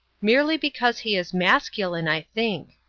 merely because he is masculine, i think.